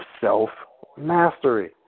self-mastery